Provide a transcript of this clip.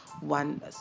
one